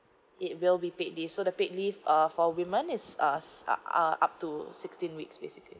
it will be paid leave so the paid leave uh for women it's a S are are up to sixteen weeks basically